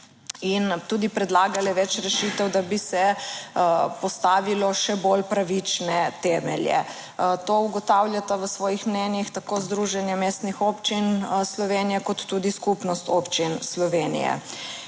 in tudi predlagale več rešitev, da bi se postavilo še bolj pravične temelje. To ugotavljata v svojih mnenjih tako Združenje mestnih občin Slovenije kot tudi Skupnost občin Slovenije.